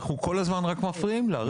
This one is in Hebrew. אנחנו כל הזמן רק מפריעים לה.